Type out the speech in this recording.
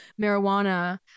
marijuana